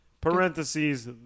Parentheses